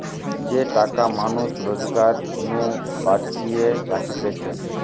যে টাকা মানুষ রোজগার নু বাঁচিয়ে রাখতিছে